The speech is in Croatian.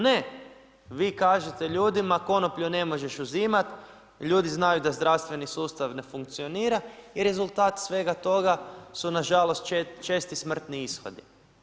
Ne, vi kažete ljudima konoplju ne možeš uzimati, ljudi znaju da zdravstveni sustav ne funkcionira i rezultat svega toga su nažalost česti smrtni ishodi.